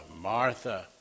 Martha